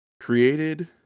Created